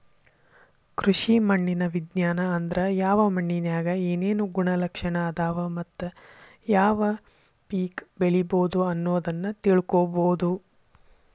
ಕೃಷಿ ಮಣ್ಣಿನ ವಿಜ್ಞಾನ ಅಂದ್ರ ಯಾವ ಮಣ್ಣಿನ್ಯಾಗ ಏನೇನು ಗುಣಲಕ್ಷಣ ಅದಾವ ಮತ್ತ ಯಾವ ಪೇಕ ಬೆಳಿಬೊದು ಅನ್ನೋದನ್ನ ತಿಳ್ಕೋಬೋದು